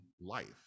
life